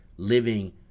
living